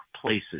places